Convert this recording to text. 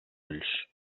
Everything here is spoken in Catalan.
ulls